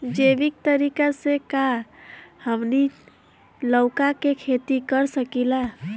जैविक तरीका से का हमनी लउका के खेती कर सकीला?